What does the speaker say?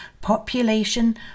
population